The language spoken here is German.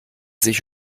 sich